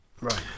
Right